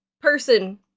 person